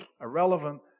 irrelevant